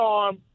arm